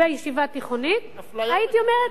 בישיבה תיכונית, הייתי אומרת